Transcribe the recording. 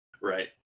right